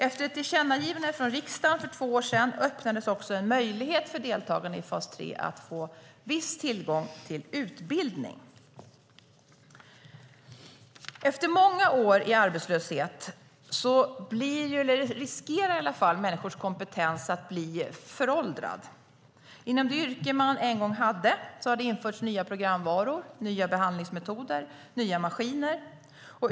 Efter ett tillkännagivande från riksdagen för två år sedan öppnades också en möjlighet för deltagarna i fas 3 att få viss tillgång till utbildning. Efter många år i arbetslöshet riskerar människors kompetens att bli föråldrad. Inom det yrke man en gång hade har det införts nya programvaror, nya behandlingsmetoder och nya maskiner.